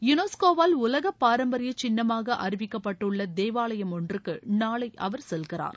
யுனஸ்கோவால் உலக பாரம்பரிய சின்னமாக அறிவிக்கப்பட்டுள்ள தேவாலயம் ஒன்றுக்கு நாளை அவர் செல்கிறார்